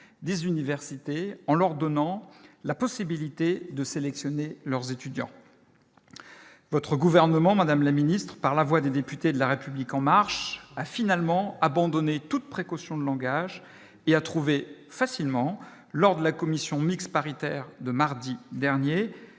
des universités en leur donnant la possibilité de sélectionner leurs étudiants votre gouvernement, Madame la Ministre, par la voix des députés de la République en marche, a finalement abandonné toutes précautions de langage, il et a trouvé facilement lors de la commission mixte paritaire de mardi dernier